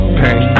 pain